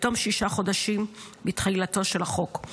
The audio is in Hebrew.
בתום שישה חודשים מתחילתו של החוק.